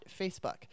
Facebook